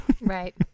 Right